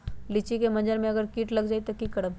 लिचि क मजर म अगर किट लग जाई त की करब?